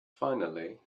finally